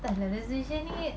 entah lah resolution ni